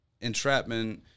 entrapment